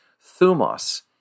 Thumos